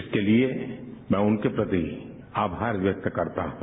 इसके लिए मैं उनके प्रति आभार व्यक्त करता हूं